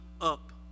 up